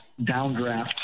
downdraft